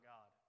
God